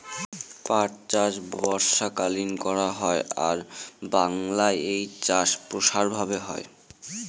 পাট চাষ বর্ষাকালীন করা হয় আর বাংলায় এই চাষ প্রসার ভাবে হয়